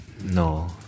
No